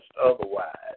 otherwise